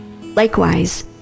Likewise